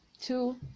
two